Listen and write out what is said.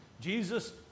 Jesus